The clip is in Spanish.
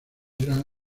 eran